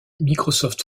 microsoft